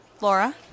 Laura